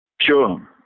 Sure